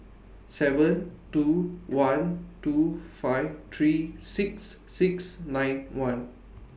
seven two one two five three six six nine one